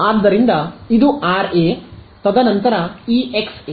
ಆದ್ದರಿಂದ ಇದು R A ತದನಂತರ ಈ ಎಕ್ಸ್ ಎ